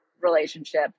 relationship